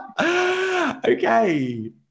Okay